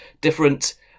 different